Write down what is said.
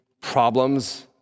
problems